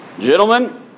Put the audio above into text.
Gentlemen